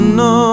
no